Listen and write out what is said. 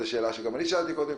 שאלה שגם אני שאלתי קודם,